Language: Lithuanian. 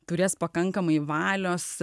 turės pakankamai valios